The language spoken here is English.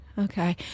Okay